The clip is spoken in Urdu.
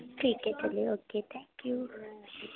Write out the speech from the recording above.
ٹھیک ہے چلیے اوکے تھینک یو